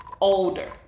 older